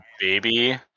baby